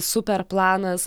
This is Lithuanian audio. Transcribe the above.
super planas